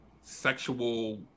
sexual